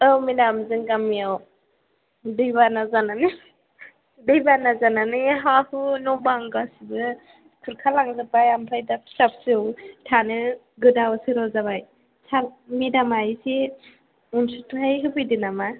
औ मेडाम गामियाव दै बाना जानानै दै बाना जानानै हा हु न' बां गासैबो खुरखालांजोबबाय आमफ्राय दा फिसा फिसौ थानो गोदाव सोराव जाबाय सार मेडामा एसे अनसुंथाय होफैदो नामा